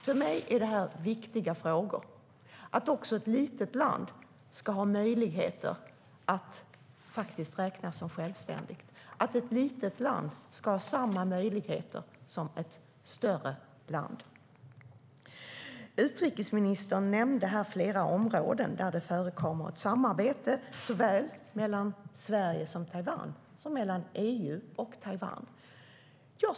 För mig är det viktigt att också ett litet land ska kunna räknas som självständigt och ha samma möjligheter som ett större land. Utrikesministern nämnde flera områden där det förekommer samarbete mellan Sverige och Taiwan och mellan EU och Taiwan.